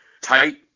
tight